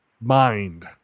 mind